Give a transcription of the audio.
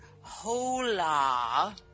hola